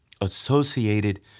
associated